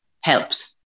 helps